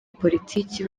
politiki